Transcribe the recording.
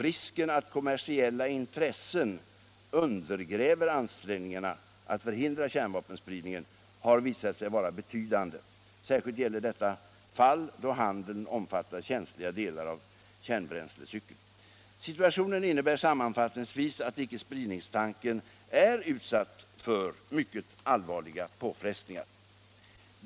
Risken att kommersiella intressen undergräver ansträngningarna att förhindra kärnvapenspridningen har visat sig vara betydande. Särskilt gäller detta fall då handeln omfattar känsliga delar av kärnbränslecykeln. Situationen innebär sammanfattningsvis att icke-spridningstanken är utsatt för mycket allvarliga påfrestningar.